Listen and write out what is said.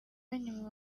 nyuma